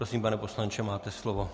Prosím, pane poslanče, máte slovo.